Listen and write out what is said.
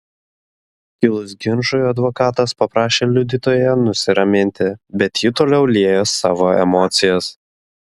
kilus ginčui advokatas paprašė liudytoją nusiraminti bet ji toliau liejo savo emocijas